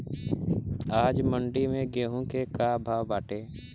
आज मंडी में गेहूँ के का भाव बाटे?